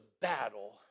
battle